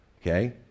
okay